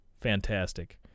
fantastic